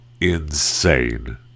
insane